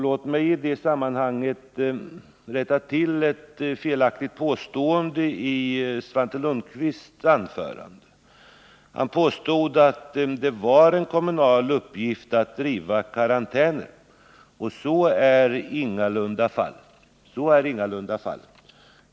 Låt mig i detta sammanhang rätta till ett felaktigt påstående i Svante Lundkvists anförande. Han påstod att det var en kommunal uppgift att driva karantäner. Så är ingalunda fallet.